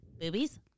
Boobies